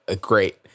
great